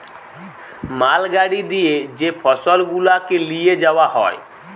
মাল গাড়ি দিয়ে যে ফসল গুলাকে লিয়ে যাওয়া হয়